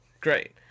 Great